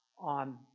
on